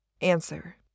Answer